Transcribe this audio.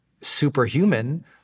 superhuman